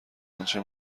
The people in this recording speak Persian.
آنچه